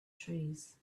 trees